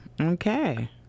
Okay